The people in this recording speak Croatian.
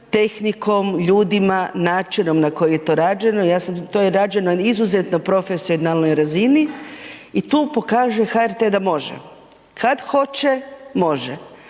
tehnikom, ljudima, načinom na koji je to rađeno. Ja sam, to je rađeno na izuzetno profesionalnoj razini i tu pokaže HRT-e da može. Kad hoće može,